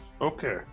Okay